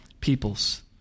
peoples